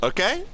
Okay